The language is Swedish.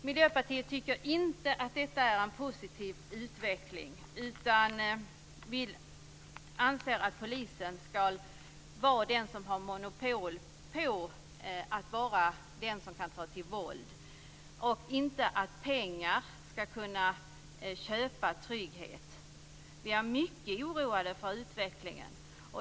Miljöpartiet tycker inte att det är en positiv utveckling utan anser att polisen ska ha monopol på att vara den som kan ta till våld. Man ska inte med pengar kunna köpa trygghet.